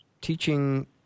teaching